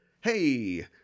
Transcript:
Hey